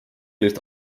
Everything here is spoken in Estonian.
vist